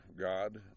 God